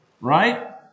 Right